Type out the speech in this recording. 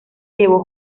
llevó